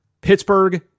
Pittsburgh